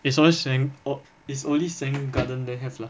it's always serang~ oh it's only serang~ garden there have lah